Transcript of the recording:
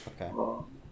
Okay